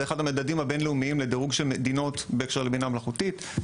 זה אחד המדדים הבין-לאומיים לדירוג של מדינות בהקשר לבינה מלאכותית,